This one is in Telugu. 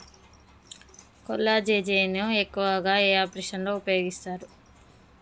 కొల్లాజెజేని ను ఎక్కువగా ఏ ఆపరేషన్లలో ఉపయోగిస్తారు?